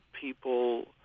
people